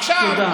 עכשיו, תודה.